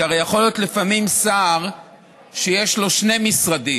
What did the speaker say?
כי הרי יכול להיות לפעמים שר שיש לו שני משרדים,